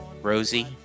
Rosie